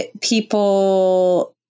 people